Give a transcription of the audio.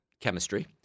chemistry